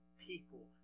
people